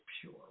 pure